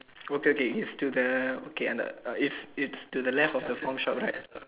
okay okay it's to the okay on the it's to the left of the pawn shop right